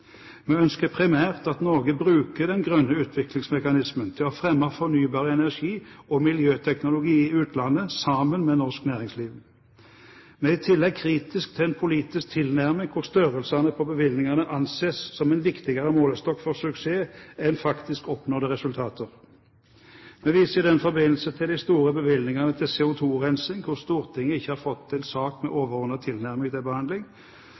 Vi ønsker primært at Norge bruker den grønne utviklingsmekanismen til å fremme fornybar energi og miljøteknologi i utlandet sammen med norsk næringsliv. Vi er i tillegg kritiske til en politisk tilnærming der størrelsene på bevilgningene anses som en viktigere målestokk for suksess enn faktisk oppnådde resultater. Vi viser i den forbindelse til de store bevilgningene til CO2-rensing, der Stortinget ikke har fått en sak med overordnet tilnærming til behandling,